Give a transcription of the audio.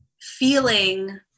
feeling